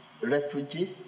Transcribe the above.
refugee